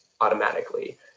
automatically